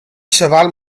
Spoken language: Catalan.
xaval